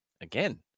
Again